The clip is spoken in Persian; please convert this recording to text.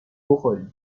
بخوریم